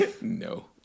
no